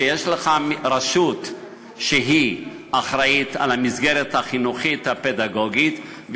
שיש לך רשות שהיא אחראית למסגרת החינוכית הפדגוגית,